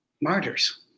Martyrs